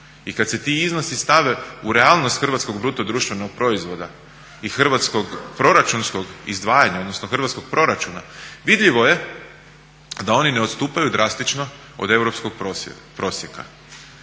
i kada se ti iznosi stave u realnost hrvatskog BDP-a i hrvatskog proračunskog izdvajanja odnosno hrvatskog proračuna, vidljivo je da oni ne odstupaju drastično od europskog prosjeka.